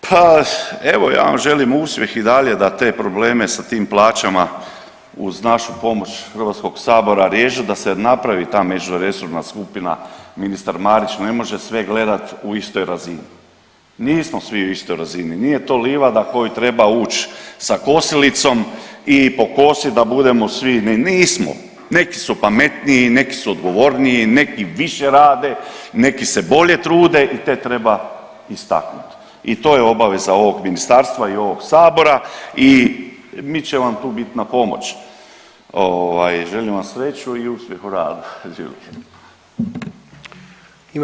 Pa evo ja vam želim uspjeh i dalje da te probleme sa tim plaćama uz našu pomoć HS riješite, da se napravi ta međuresorna skupina, ministar Marić ne može sve gledat u istoj razini, nismo svi u istoj razini, nije to livada u koju treba uć sa kosilicom i pokosit da budemo svi, ne, nismo, neki su pametniji, neki su odgovorniji, neki više rade, neki se bolje trude i te treba istaknut i to je obaveza ovog ministarstva i ovog sabora i mi ćemo vam tu bit na pomoć, ovaj želim vam sreću i uspjeh u radu, živjeli.